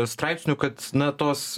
straipsnių kad na tos